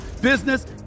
business